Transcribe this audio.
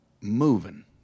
moving